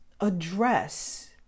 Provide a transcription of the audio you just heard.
address